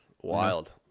wild